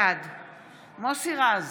בעד מוסי רז,